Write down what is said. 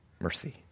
Mercy